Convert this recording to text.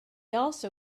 also